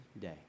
day